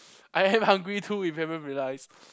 I am hungry too if you haven't realise